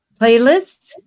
playlists